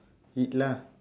eat lah